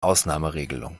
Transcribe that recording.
ausnahmeregelung